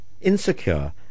insecure